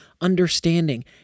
understanding